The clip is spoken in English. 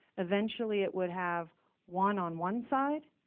eventually, it would have one on one side,